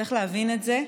צריך להבין את זה: